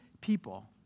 people